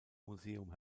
museums